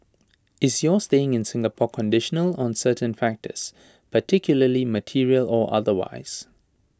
is your staying in Singapore conditional on certain factors particularly material or otherwise